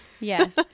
Yes